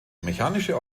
mechanische